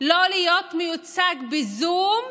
לא להיות מיוצג בזום,